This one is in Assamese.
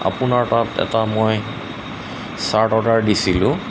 আপোনাৰ তাত এটা মই চাৰ্ট অৰ্ডাৰ দিছিলোঁ